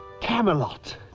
Camelot